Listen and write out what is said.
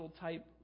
type